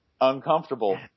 Uncomfortable